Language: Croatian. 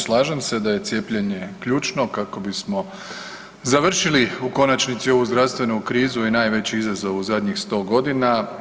Slažem se da je cijepljenje ključno kako bismo završili u konačnici ovu zdravstvenu krizu i najveći izazov u zadnjih 100 godina.